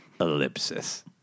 Ellipsis